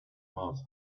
mouth